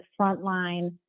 frontline